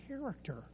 character